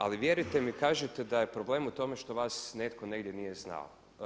Ali vjerujte mi kažete da je problem u tome što vas netko negdje nije znao.